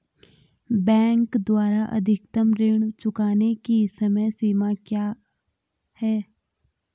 Bank द्वारा अधिकतम ऋण चुकाने की समय सीमा क्या है?